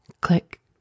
Click